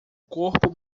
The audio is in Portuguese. corpo